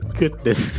goodness